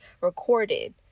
recorded